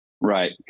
Right